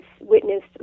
witnessed